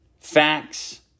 facts